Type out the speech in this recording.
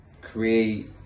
create